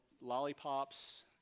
lollipops